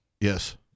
Yes